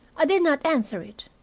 i did not answer it.